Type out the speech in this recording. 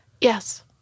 Yes